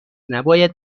نباید